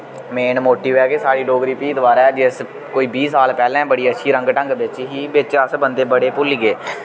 main motive ऐ के साढ़ी डोगरी फ्ही दोबारा जिस कोई बीह् साल पैह्ले बड़ी अच्छी रंग ढंग बिच्च ही बिच्च अस बन्दे बड़े भुल्ली गे